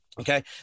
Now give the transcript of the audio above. Okay